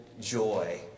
joy